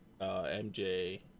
MJ